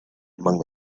among